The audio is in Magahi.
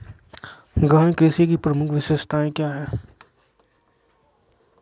गहन कृषि की प्रमुख विशेषताएं क्या है?